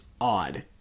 odd